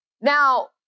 Now